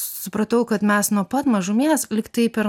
supratau kad mes nuo pat mažumės lyg taip ir